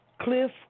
Cliff